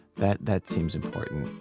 that that seems important.